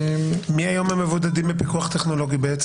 מי היום הם מבודדים בפיקוח טכנולוגי?